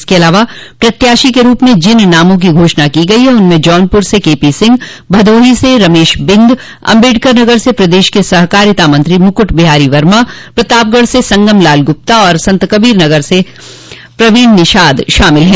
इसके अलावा प्रत्याशी के रूप में जिन नामों की घोषणा की गई है उनमें जौनपुर से केपी सिंह भदोही से रमेश बिंद अम्बेडकर नगर से प्रदेश के सहकारिता मंत्री मुकुट बिहारी वर्मा प्रतापगढ़ से संगमलाल गुप्ता और संतकबीर नगर से प्रवीण निषाद शामिल हैं